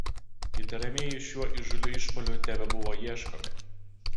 įtariamieji šiuo įžūliu išpuoliu tebebuvo ieškomi